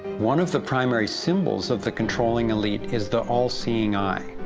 one of the primary symbols of the controlling elite is the all-seeing eye.